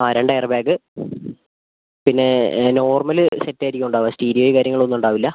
ആ രണ്ട് എയർബാഗ് പിന്നെ നോർമൽ സെറ്റ് ആയിരിക്കും ഉണ്ടാവുക സ്റ്റീരിയോയും കാര്യങ്ങളും ഒന്നും ഉണ്ടാവില്ല